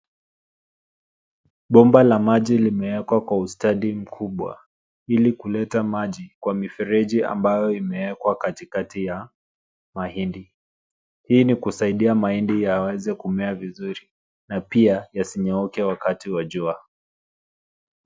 Bomba la maji limewekwa kwa ustadi mkubwa ili kuleta maji kwa mifereji ambayo imewekwa katikati ya mahindi. Hii ni kusaidia mahindi yaweze kumea vizuri na pia yasinyauke wakati wa jua.